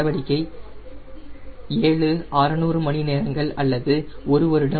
நடவடிக்கை 7 600 மணி நேரங்கள் அல்லது ஒரு வருடம்